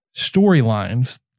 storylines